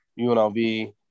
UNLV